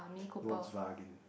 Volkswagen